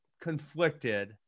conflicted